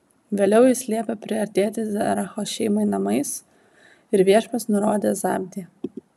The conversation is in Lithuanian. vėliau jis liepė priartėti zeracho šeimai namais ir viešpats nurodė zabdį